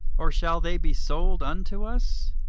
or shall they be sold unto us?